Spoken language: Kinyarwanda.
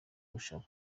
gushaka